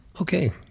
Okay